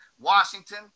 Washington